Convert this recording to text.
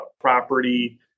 property